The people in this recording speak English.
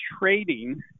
trading